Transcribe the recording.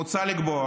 מוצע לקבוע